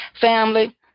Family